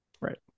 Right